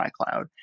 iCloud